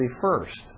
first